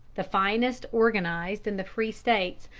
the finest organized in the free states,